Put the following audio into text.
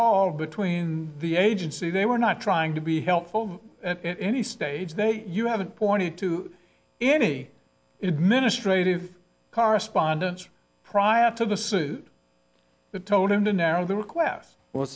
all between the agency they were not trying to be helpful in any stage they you haven't pointed to any administrative correspondence prior to the suit that told them to narrow their requests w